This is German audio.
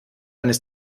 eines